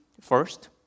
first